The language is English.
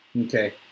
Okay